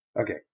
Okay